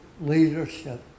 leadership